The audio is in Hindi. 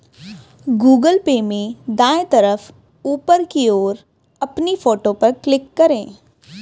गूगल पे में दाएं तरफ ऊपर की ओर अपनी फोटो पर क्लिक करें